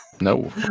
No